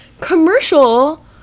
commercial